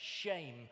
shame